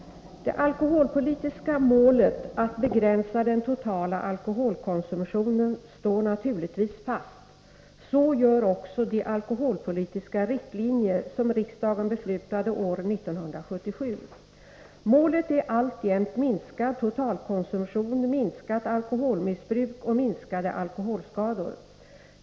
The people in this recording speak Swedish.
Det alkoholpolitiska målet att begränsa den totala alkoholkonsumtionen står naturligtvis fast. Så gör också de alkoholpolitiska riktlinjer som riksdagen beslutade år 1977. Målet är alltjämt minskad totalkonsumtion, minskat alkoholmissbruk och minskade alkoholskador.